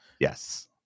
Yes